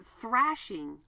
thrashing